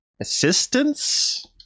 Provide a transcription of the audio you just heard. assistance